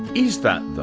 is that, though,